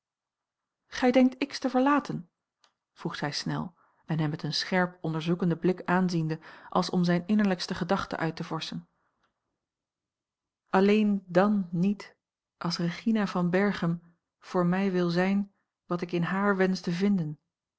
gij denkt x te verlaten vroeg zij snel en hem met een scherp onderzoekenden blik aanziende als om zijne innerlijkste gedachte uit te vorschen alleen dàn niet als regina van berchem voor mij wil zijn wat ik in haar wensch te vinden